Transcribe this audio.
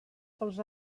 pels